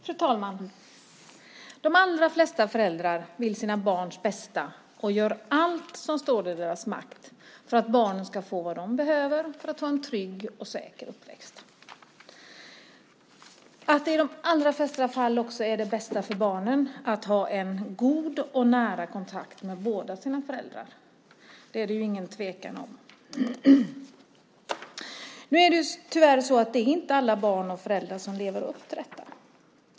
Fru talman! De allra flesta föräldrar vill sina barns bästa och gör allt som står i deras makt för att barnen ska få vad de behöver för att ha en trygg och säker uppväxt. Att det i de allra flesta fall också är det bästa för barnen att ha en god och nära kontakt med båda föräldrarna råder det ingen tvekan om. Tyvärr är det inte alla barn och föräldrar som lever upp till detta.